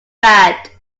bad